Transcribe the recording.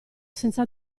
senza